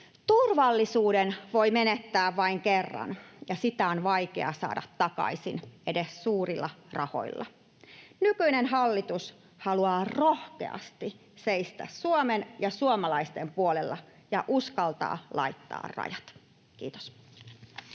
Turvallisuuden voi menettää vain kerran, ja sitä on vaikea saada takaisin edes suurilla rahoilla. Nykyinen hallitus haluaa rohkeasti seistä Suomen ja suomalaisten puolella ja uskaltaa laittaa rajat. — Kiitos.